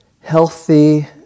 healthy